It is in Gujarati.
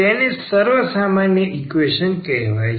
તેને સર્વસામાન્ય ઈકવેશન કહેવામાં આવે છે